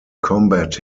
combat